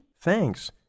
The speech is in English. Thanks